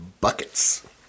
buckets